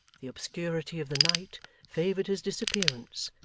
the obscurity of the night favoured his disappearance,